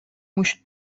موش